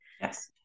Yes